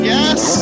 Yes